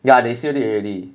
ya they sealed it already